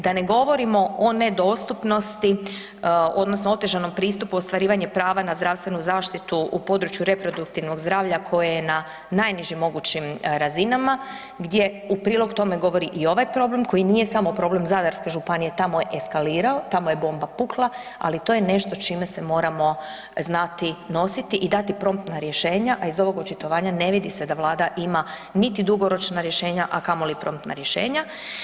Da ne govorimo o nedostupnosti odnosno otežanom pristupu ostvarivanja prava na zdravstvenu zaštitu u području reproduktivnog zdravlja koje je na najnižim mogućim razinama, gdje u prilog tome govori i ovaj problem, koji nije samo problem Zadarske županije, tamo je eskalirao, tamo je bomba pukla ali to je nešto čime se moramo znati nositi i dati promptna rješenja a iz ovog očitovanja ne vidi se da Vlada ima niti dugoročna rješenja a kamoli promptna rješenja.